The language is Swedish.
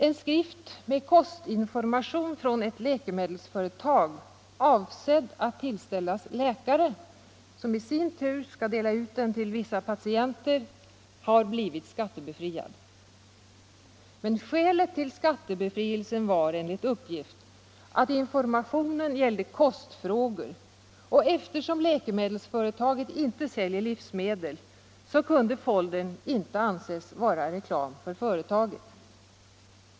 En skrift med kostinformation från ett läkemedelsföretag, avsedd att tillställas läkare som i sin tur skall dela ut den till vissa patienter, har blivit skattebefriad. Men skälet till skattebefrielsen var, enligt uppgift, att informationen gällde kostfrågor, och eftersom läkemedelsföretaget inte säljer livsmedel kunde foldern inte anses vara reklam för företaget.